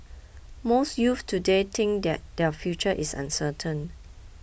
most youths today think that their future is uncertain